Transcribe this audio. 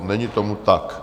Není tomu tak.